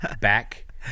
back